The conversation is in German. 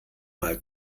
mal